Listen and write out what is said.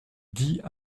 dit